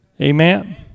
Amen